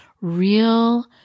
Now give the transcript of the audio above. real